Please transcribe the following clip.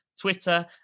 Twitter